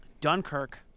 Dunkirk